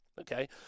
okay